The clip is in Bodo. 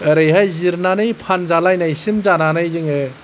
ओरैहाय जिरनानै फानजालायनायसिम जानानै जोङो